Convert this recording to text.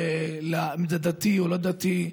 אם הוא דתי או לא דתי,